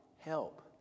Help